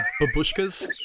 babushkas